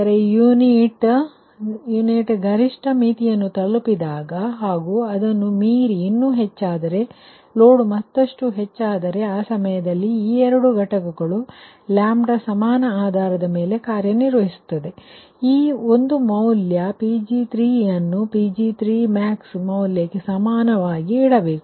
e unit 3 ಗರಿಷ್ಠ ಮಿತಿಯನ್ನು ತಲುಪಿದಾಗ ಹಾಗೂ ಅದನ್ನು ಮೀರಿ ಇನ್ನೂ ಹೆಚ್ಚಾದರೆ ಲೋಡ್ ಮತ್ತಷ್ಟು ಹೆಚ್ಚಾದರೆ ಆ ಸಮಯದಲ್ಲಿ ಈ ಎರಡು ಘಟಕಗಳು ಸಮಾನ ಆಧಾರದequal λ basis ಮೇಲೆ ಕಾರ್ಯನಿರ್ವಹಿಸುತ್ತವೆ ಆದರೆ ಈ ಒಂದು ಮೌಲ್ಯ Pg3 ಯನ್ನು Pg3max ಮೌಲ್ಯಕ್ಕೆ ಸಮಾನವಾಗಿ ಇಡಬೇಕು